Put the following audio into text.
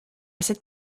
cette